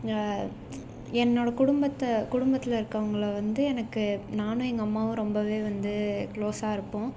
என்னோட குடும்பத்தை குடும்பத்தில் இருக்கிறவங்கள வந்து எனக்கு நானும் எங்கள் அம்மாவும் ரொம்பவே வந்து க்ளோஸாக இருப்போம்